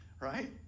Right